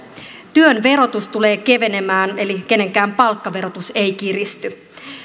työverotus tulee kevenemään eli kenenkään palkkaverotus ei kiristy